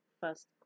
first